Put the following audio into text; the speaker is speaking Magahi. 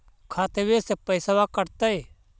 खतबे से पैसबा कटतय?